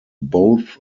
both